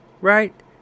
right